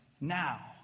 now